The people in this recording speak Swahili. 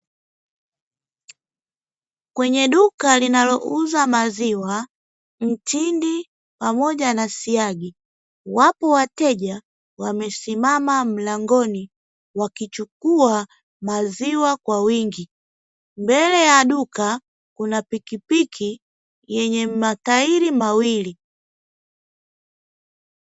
Kwenye duka linalouza maziwa mtindi pamoja na siagi, wapo wateja wamesimama mlangoni. wakichukua maziwa kwa wingi, mbele ya duka kuna pikipiki yenye matairi mawili.